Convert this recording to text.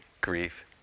grief